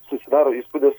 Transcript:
susidaro įspūdis